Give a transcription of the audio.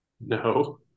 No